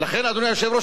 ההצבעה היום,